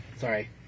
Sorry